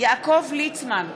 יעקב ליצמן,